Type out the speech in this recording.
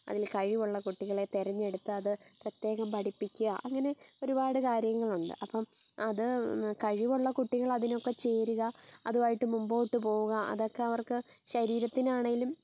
അതിൽ കഴിവുള്ള കുട്ടികളെ തിരഞ്ഞെടുത്തത് പ്രത്യേകം പഠിപ്പിക്കുക അങ്ങനെ ഒരുപാട് കാര്യങ്ങളുണ്ട് അപ്പം അത് കഴിവുള്ള കുട്ടികൾ അതിനൊക്കെ ചേരുക അതുവായിട്ട് മുൻപോട്ട് പോവുക അതൊക്കെ അവർക്ക് ശരീരത്തിനാണേലും